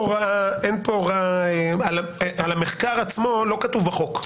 על המחקר עצמו לא כתוב בחוק.